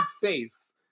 face